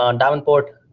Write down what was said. um davenport,